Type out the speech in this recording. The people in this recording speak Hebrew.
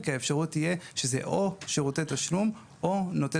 כי האפשרות תהיה שזה או שירותי תשלום או נותן